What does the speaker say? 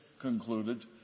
concluded